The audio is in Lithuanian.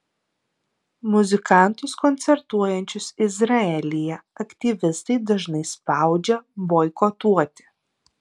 muzikantus koncertuojančius izraelyje aktyvistai dažnai spaudžia boikotuoti